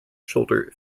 shoulder